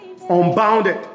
unbounded